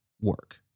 work